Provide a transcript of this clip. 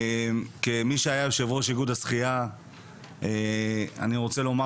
כמי שהיה יו"ר איגוד השחייה אני רוצה לומר